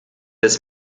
des